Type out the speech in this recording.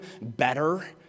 better